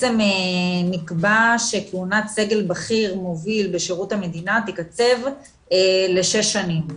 נקבע שכהונת סגל בכיר מוביל בשירות המדינה תיקצב לשש שנים,